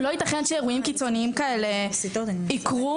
לא ייתכן שאירועים קיצוניים כאלה יקרו,